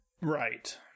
Right